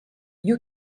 you